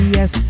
Yes